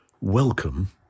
Welcome